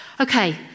Okay